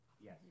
Yes